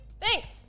Thanks